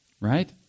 Right